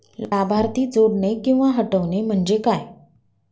लाभार्थी जोडणे किंवा हटवणे, म्हणजे काय?